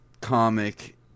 comic